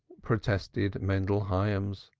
protested mendel hyams,